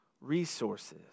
resources